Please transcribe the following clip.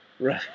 Right